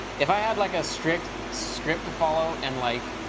if i had like a strict script to follow and like,